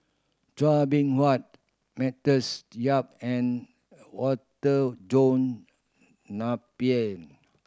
Chua Beng Huat Matthews Yap and Water John Napier